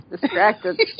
Distracted